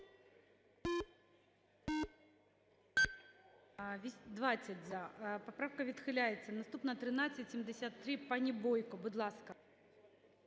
Дякую.